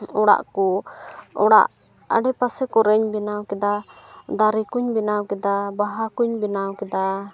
ᱚᱲᱟᱜ ᱠᱚ ᱚᱲᱟᱜ ᱟᱰᱮ ᱯᱟᱥᱮ ᱠᱚᱨᱮᱧ ᱵᱮᱱᱟᱣ ᱠᱮᱫᱟ ᱫᱟᱨᱮ ᱠᱚᱧ ᱵᱮᱱᱟᱣ ᱠᱮᱫᱟ ᱵᱟᱦᱟ ᱠᱚᱧ ᱵᱮᱱᱟᱣ ᱠᱮᱫᱟ